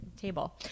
table